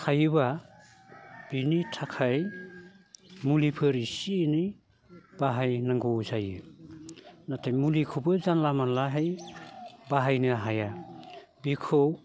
थायोबा बेनि थाखाय मुलिफोर इसे इनै बाहायनांगौ जायो नाथाय मुलिखौबो जानला मानलाहाय बाहायनो हाया बेखौ